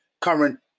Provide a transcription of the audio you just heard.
current